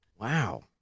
Wow